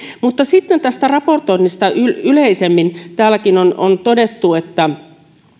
mutta sitten tästä raportoinnista yleisemmin täälläkin on on todettu että